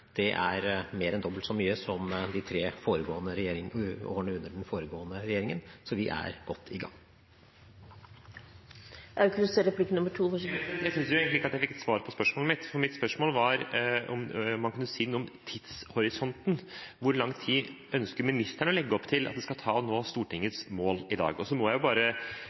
Det er mer enn dobbelt så mye som under den foregående regjeringen, så vi er godt i gang. Jeg synes egentlig ikke at jeg fikk svar på spørsmålet mitt. Mitt spørsmål var om man kunne si noe om tidshorisonten. Hvor lang tid ønsker statsråden å legge opp til at det skal ta å nå Stortingets mål i dag? Jeg må